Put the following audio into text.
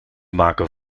maken